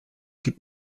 gibt